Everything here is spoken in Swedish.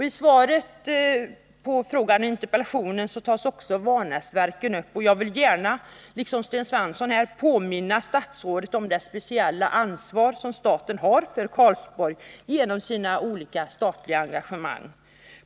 I svaret på interpellationen och frågan tas också Vanäsverken upp, och jag vill gärna — liksom Sten Svensson — påminna statsrådet om det speciella ansvar som staten har för Karlsborg genom de olika statliga engagemangen.